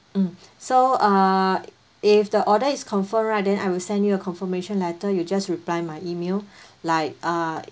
mm so uh if the order is confirmed right then I will send you a confirmation letter you just reply my E-mail like uh